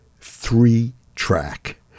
Three-track